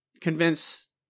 convince